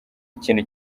ikintu